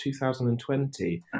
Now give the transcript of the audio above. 2020